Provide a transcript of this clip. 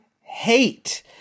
hate